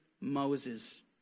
Moses